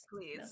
please